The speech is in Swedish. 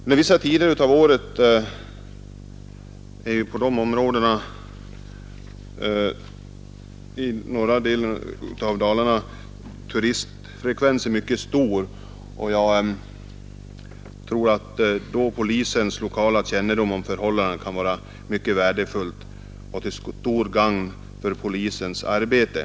Under vissa tider av året, när turistfrekvensen i de områdena är mycket hög, tror jag att polisens lokala kännedom om förhållandena kan vara mycket värdefull och till stort gagn för polisens arbete.